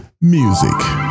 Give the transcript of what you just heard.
Music